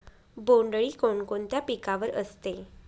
बोंडअळी कोणकोणत्या पिकावर असते?